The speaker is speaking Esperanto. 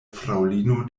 fraŭlino